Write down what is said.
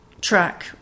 track